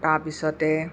তাৰপিছতে